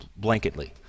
blanketly